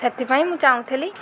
ସେଥିପାଇଁ ମୁଁ ଚାହୁଁଥିଲି